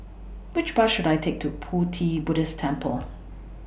Which Bus should I Take to Pu Ti Buddhist Temple